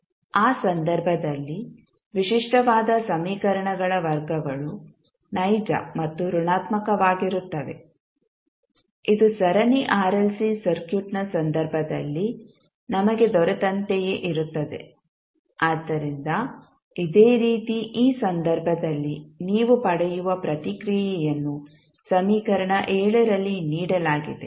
ಆ ಸಂದರ್ಭದಲ್ಲಿ ವಿಶಿಷ್ಟವಾದ ಸಮೀಕರಣಗಳ ವರ್ಗಗಳು ನೈಜ ಮತ್ತು ಋಣಾತ್ಮಕವಾಗಿರುತ್ತವೆ ಇದು ಸರಣಿ ಆರ್ಎಲ್ಸಿ ಸರ್ಕ್ಯೂಟ್ನ ಸಂದರ್ಭದಲ್ಲಿ ನಮಗೆ ದೊರೆತಂತೆಯೇ ಇರುತ್ತದೆ ಆದ್ದರಿಂದ ಇದೇ ರೀತಿ ಈ ಸಂದರ್ಭದಲ್ಲಿ ನೀವು ಪಡೆಯುವ ಪ್ರತಿಕ್ರಿಯೆಯನ್ನು ಸಮೀಕರಣ ರಲ್ಲಿ ನೀಡಲಾಗಿದೆ